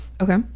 Okay